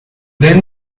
then